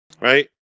Right